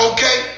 Okay